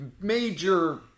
major